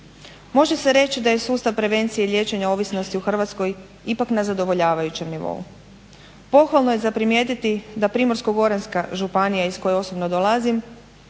Može se reći da je sustav prevencije i liječenja ovisnosti u Hrvatskoj ipak na zadovoljavajućem nivou. Pohvalno je za primijetiti da Primorsko-goranska županija iz koje osobno dolazim